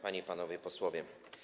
Panie i Panowie Posłowie!